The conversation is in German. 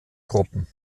gruppen